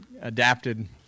adapted